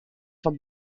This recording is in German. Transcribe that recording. vom